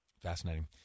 Fascinating